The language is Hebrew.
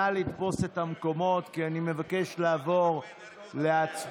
נא לתפוס את המקומות, כי אני מבקש לעבור להצבעה.